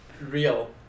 real